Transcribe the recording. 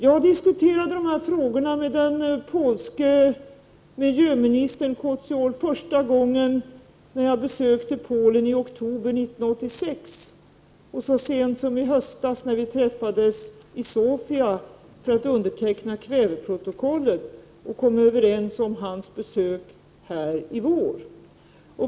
Jag diskuterade dessa frågor med den polske miljöministern Kociol första gången jag besökte Polen i oktober 1986 och så sent som i höstas, då vi träffades i Sofia för att underteckna kväveprotokollet och komma överens om hans besök här i vår.